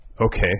Okay